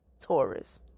taurus